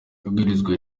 ibwirizwa